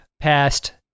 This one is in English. past